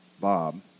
Bob